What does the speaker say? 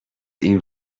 این